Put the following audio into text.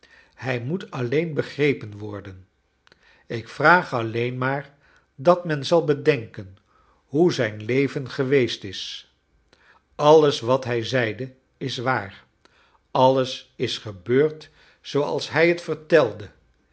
hij moet alleen begrepen worden ik vraag alleen maar dat men zal bedenken hoe zijn leven geweest is alles wat hij zeide is waar alles is gebeurd zooals hij t vertelde